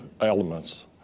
elements